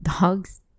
dogs